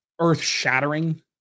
earth-shattering